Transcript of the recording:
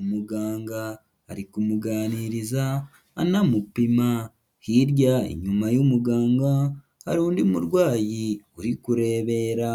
umuganga ari kumuganiriza anamupima, hirya inyuma y'umuganga hari undi murwayi uri kurebera.